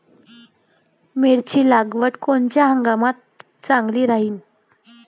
मिरची लागवड कोनच्या हंगामात चांगली राहीन?